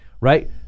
right